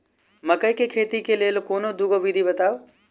मकई केँ खेती केँ लेल कोनो दुगो विधि बताऊ?